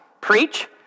Preach